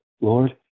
Lord